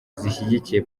zishyigikiye